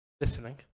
listening